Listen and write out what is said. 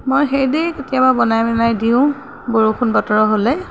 মই সেইদৰেই কেতিয়াবা বনাই বনাই দিওঁ বৰষুণ বতৰ হ'লে